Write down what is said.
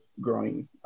growing